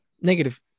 negative